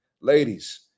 ladies